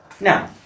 Now